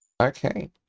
Okay